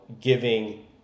giving